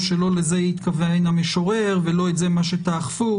שלא לזה התכוון המשורר ולא את זה מה שתאכפו.